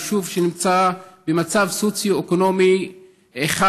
יישוב במצב סוציו-אקונומי 1,